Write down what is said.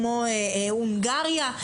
הונגריה.